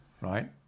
right